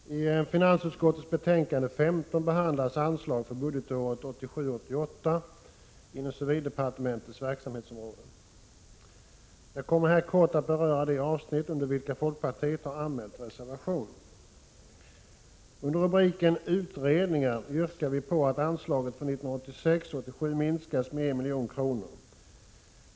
Fru talman! I finansutskottets betänkande 15 behandlas anslag för budgetåret 1987 87 minskas med 1 milj.kr.